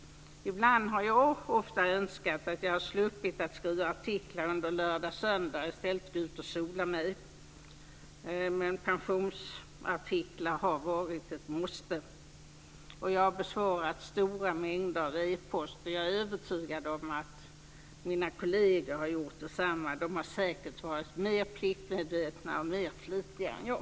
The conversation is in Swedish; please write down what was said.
Ofta har jag önskat att jag hade sluppit skriva artiklar under lördag och söndag, och i stället fått gå ut och sola mig. Men pensionsartiklar har varit ett måste! Jag har besvarat stora mängder e-post, och jag är övertygad om att mina kolleger har gjort detsamma. De har säkert varit mer pliktmedvetna och mer flitiga än jag.